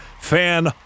fan